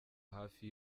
hafi